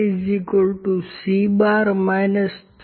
C